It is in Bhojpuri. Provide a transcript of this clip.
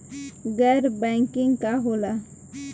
गैर बैंकिंग का होला?